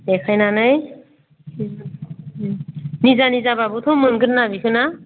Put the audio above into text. देखायनानै उम उम निजा निजाबाबोथ' मोनगोन ना बेखौ ना